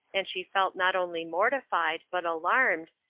and she felt not only mortified, but alarmed,